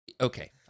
Okay